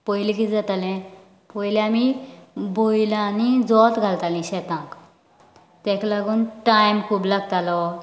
पयलें कितें जाताले पयलें आमी बलांनी जोत घालताले शेतांक ताका लागून टायम खूब लागतालो